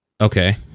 Okay